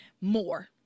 more